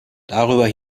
darüber